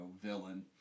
villain